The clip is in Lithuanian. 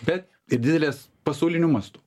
bet didelės pasauliniu mastu